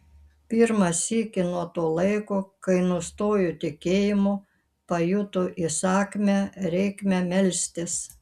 pirmą sykį nuo to laiko kai nustojo tikėjimo pajuto įsakmią reikmę melstis